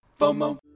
FOMO